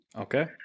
Okay